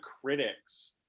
critics